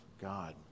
God